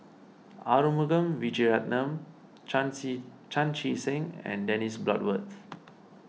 Arumugam Vijiaratnam Chan Chee Seng and Dennis Bloodworth